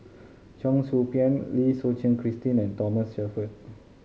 Cheong Soo Pieng Lim Suchen Christine and Thomas Shelford